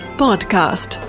podcast